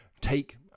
take